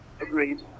Agreed